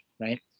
right